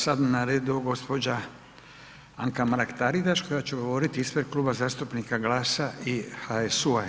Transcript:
Sada je na redu gospođa Anka Mrak Taritaš koja će govoriti ispred Kluba zastupnika Glasa i HSU-a.